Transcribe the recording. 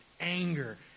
anger